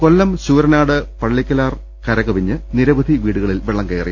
കൊല്ലം ശൂരനാട് പള്ളിക്കലാർ കരകവിഞ്ഞ് നിരവധി വീടുക ളിൽ വെള്ളം കയറി